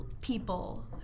people